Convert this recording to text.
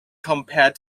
compared